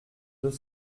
deux